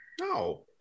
No